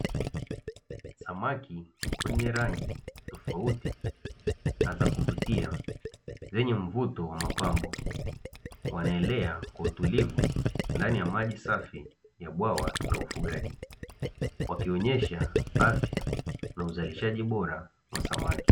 Samaki wenye rangi tofauti na zakuvutia zenye mvuto wa mapambo wanaelea kwa utulivu ndani ya maji safi la bwawa la ufugaji, wakionesha afya na uzalishaji bora wa samaki.